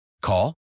Call